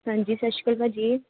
ਹਾਂਜੀ ਸਤਿ ਸ਼੍ਰੀ ਅਕਾਲ ਭਾਅ ਜੀ